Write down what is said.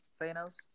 Thanos